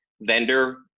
vendor